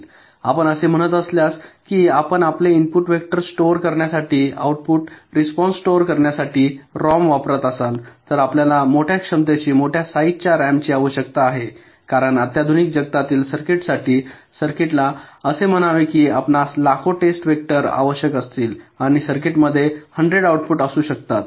आपण असे म्हणत असल्यास की आपण आपले इनपुट वेक्टर स्टोअर करण्यासाठी आउटपुट रिस्पॉन्स स्टोअर करण्यासाठी रॉम वापरत असाल तर आपल्याला मोठ्या क्षमतेच्या मोठ्या साइजच्या रॉमची आवश्यकता आहे कारण आधुनिक जगतातील सर्किट्ससाठी सर्किट्सना असे म्हणावे की आपणास लाखो टेस्ट वेक्टर आवश्यक असतील आणि सर्किटमध्ये 100 आउटपुट असू शकतात